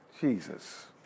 Jesus